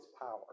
power